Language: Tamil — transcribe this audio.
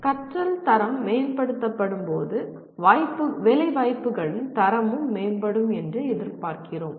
கற்றல் தரம் மேம்படுத்தப்படும் போது வேலைவாய்ப்புகளின் தரமும் மேம்படும் என்று எதிர்பார்க்கிறோம்